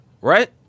Right